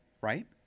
Right